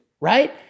right